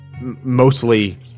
mostly